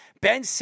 Ben